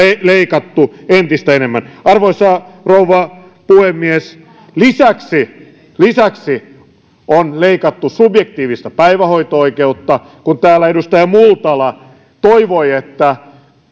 leikattu entistä enemmän arvoisa rouva puhemies lisäksi lisäksi on leikattu subjektiivista päivähoito oikeutta täällä edustaja multala toivoi että